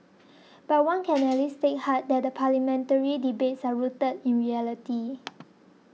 but one can at least take heart that the parliamentary debates are rooted in reality